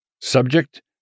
subject